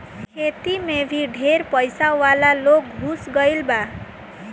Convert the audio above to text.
खेती मे भी ढेर पइसा वाला लोग घुस गईल बा